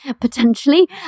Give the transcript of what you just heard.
potentially